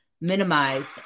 minimized